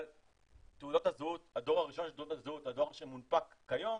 אבל הדור הראשון של תעודות הזהות והדור שמונפק כיום